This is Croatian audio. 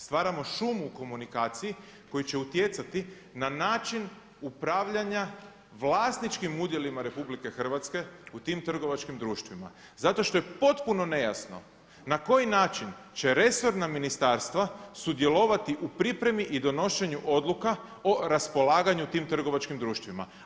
Stvaramo šum u komunikaciji koji će utjecati na način upravljanja vlasničkim udjelima RH u tim trgovačkim društvima zato što je potpuno nejasno na koji način će resorna ministarstva sudjelovati u pripremi i donošenju odluka o raspolaganju tim trgovačkim društvima.